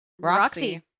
Roxy